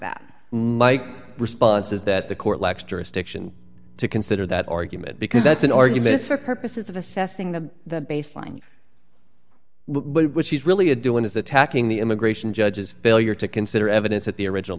that response is that the court lacks jurisdiction to consider that argument because that's an argument for purposes of assessing the the baseline which is really a doing is attacking the immigration judges failure to consider evidence at the original